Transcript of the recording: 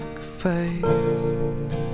fades